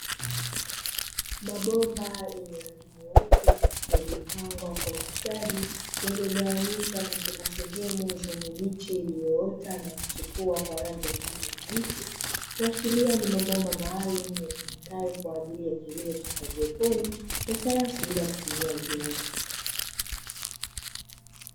Mabomba yenye rangi nyeupe yaliyopangwa kwa ustadi yaliyogawanyishwa katika sehemu zenye miche iliyoota na kuchipua kwa rangi ya kijani kibichi, kuashiria ni mabomba maalumu yatumikayo kwa ajili ya kilimo cha haidroponi cha sayansi bila kutumia udongo.